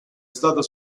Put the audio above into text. stato